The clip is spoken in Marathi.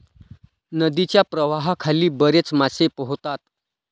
नदीच्या प्रवाहाखाली बरेच मासे पोहतात